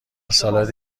سالاد